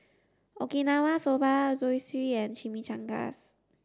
Okinawa Soba Zosui and Chimichangas